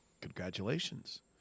Congratulations